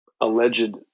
alleged